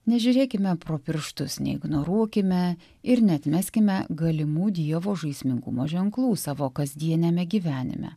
nežiūrėkime pro pirštus neignoruokime ir neatmeskime galimų dievo žaismingumo ženklų savo kasdieniame gyvenime